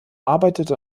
arbeitete